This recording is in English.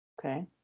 Okay